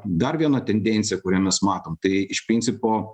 dar viena tendencija kurią mes matom tai iš principo